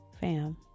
Fam